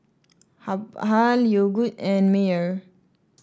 Habhal Yogood and Mayer